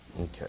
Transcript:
Okay